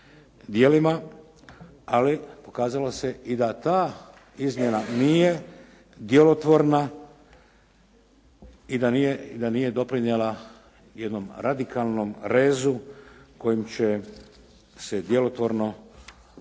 ali pokazalo se i da ta izmjena nije djelotvorna i da nije doprinijela jednom radikalnom rezu kojim će se djelotvorno omogućiti